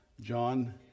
John